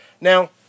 now